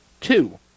two